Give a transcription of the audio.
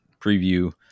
preview